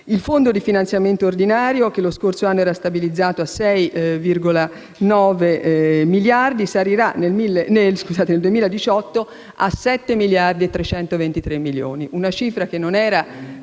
Il Fondo di finanziamento ordinario, che lo scorso anno era stabilizzato a 6,9 miliardi, nel 2018 salirà a 7,323 miliardi, una cifra che non era